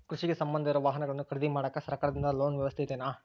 ಕೃಷಿಗೆ ಸಂಬಂಧ ಇರೊ ವಾಹನಗಳನ್ನು ಖರೇದಿ ಮಾಡಾಕ ಸರಕಾರದಿಂದ ಲೋನ್ ವ್ಯವಸ್ಥೆ ಇದೆನಾ?